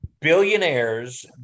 billionaires